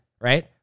right